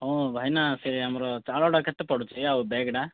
ହଁ ଭାଇନା ସେ ଆମର ଚାଉଳଟା କେତେ ପଡ଼ୁଚି ଆଉ ବ୍ୟାଗ୍ଟା